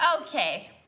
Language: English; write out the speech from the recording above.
Okay